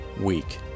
week